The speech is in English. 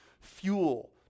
fuel